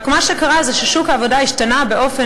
רק מה שקרה זה ששוק העבודה השתנה באופן